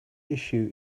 issue